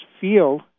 feel